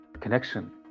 connection